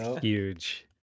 Huge